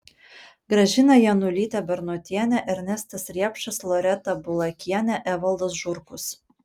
gražina janulytė bernotienė ernestas riepšas loreta bulakienė evaldas žurkus